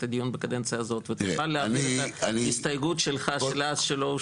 הדיון בקדנציה הזאת ותוכל להעביר את ההסתייגות שלך אז שלא אושרה.